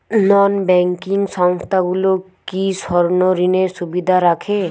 নন banking সংস্থাগুলো কি স্বর্ণঋণের সুবিধা রাখে?